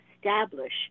establish